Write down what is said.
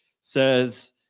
says